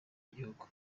y’igihugu